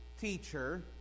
teacher